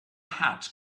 hat